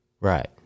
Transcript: Right